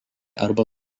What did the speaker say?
arba